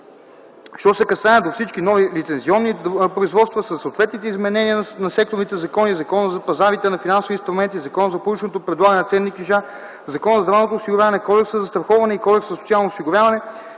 Що се касае до всички нови лицензионни производства, със съответните изменения на секторните закони (Закона за пазарите на финансови инструменти, Закона за публичното предлагане на ценни книжа, Закона за здравното осигуряване, Кодекса за застраховане и Кодекса за социално осигуряване)